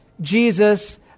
Jesus